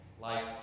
life